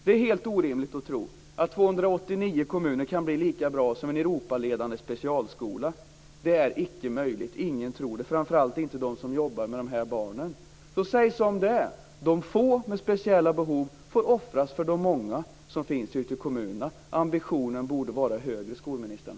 Det är helt orimligt att tro att 289 kommuner kan bli lika bra som en Europaledande specialskola. Det är icke möjligt, ingen tror det, framför allt inte de som jobbar med dessa barn. Säg som det är: De få med speciella behov får offras för de många som finns ute i kommunerna. Ambitionen borde vara högre, skolministern.